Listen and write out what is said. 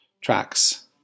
tracks